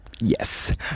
Yes